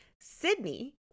Sydney